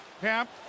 Camp